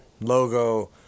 logo